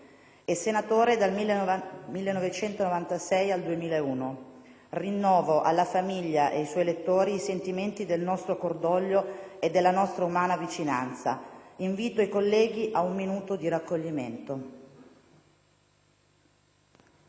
e senatore dal 1996 al 2001. Rinnovo alla famiglia e ai suoi elettori i sentimenti del nostro cordoglio e della nostra umana vicinanza. Invito i colleghi ad un minuto di raccoglimento.